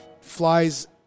Flies